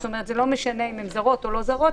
זה לא משנה אם הן זרות או לא זרות,